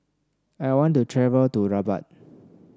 I want to travel to Rabat